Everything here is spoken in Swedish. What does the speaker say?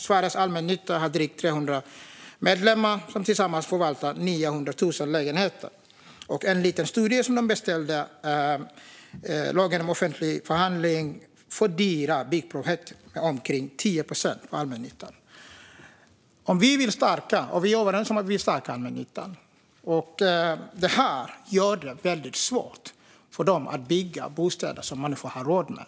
Sveriges allmännytta har drygt 300 medlemmar som tillsammans förvaltar 900 000 lägenheter. En studie man beställde visar att lagen om offentlig upphandling, LOU, fördyrar byggprojekt med omkring 10 procent för allmännyttan. Vi är överens om att vi vill stärka allmännyttan, men detta gör det svårt för allmännyttan att bygga bostäder som människor har råd med.